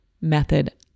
method